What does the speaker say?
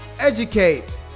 Educate